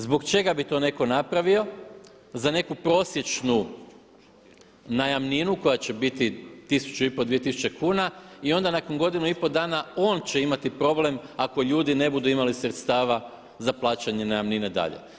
Zbog čega bi to netko napravio za neku prosječnu najamninu koja će biti 1500, 2000 kuna i onda nakon godinu i pol dana on će imati problem ako ljudi ne budu imali sredstava za plaćanje najamnine dalje.